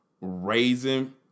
raising